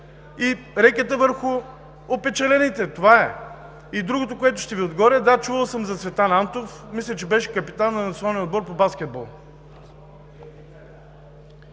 и рекета върху опечалените! Това е! Другото, което ще Ви отговоря: да, чувал съм за Цветан Антов. Мисля, че беше капитан на националния отбор по баскетбол.